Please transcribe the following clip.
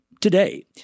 today